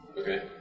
Okay